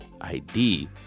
ID